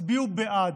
תצביעו בעד,